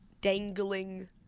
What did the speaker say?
dangling